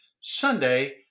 Sunday